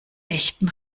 echten